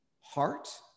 heart